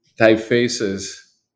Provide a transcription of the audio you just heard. typefaces